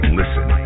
listen